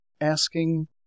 asking